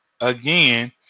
again